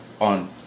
On